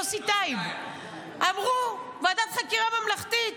יוסי טייב, אמרו: ועדת חקירה ממלכתית.